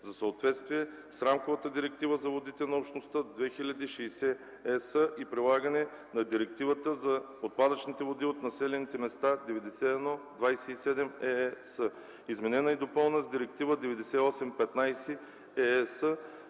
За съответствие с Рамковата директива за водите на общността (2000/60/ЕС) и прилагане на Директивата за отпадъчните води от населените места 91/271/EEC, изменена и допълнена с Директива 98/15/ЕЕС,